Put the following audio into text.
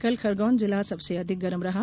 कल खरगौन जिला सबसे अधिक गर्म रहा